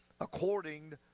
according